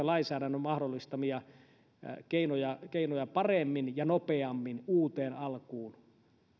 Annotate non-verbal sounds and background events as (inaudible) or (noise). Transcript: (unintelligible) lainsäädännön mahdollistamia keinoja keinoja paremmin ja nopeammin uuteen alkuun